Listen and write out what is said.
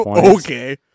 Okay